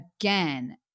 again